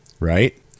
Right